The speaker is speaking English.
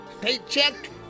paycheck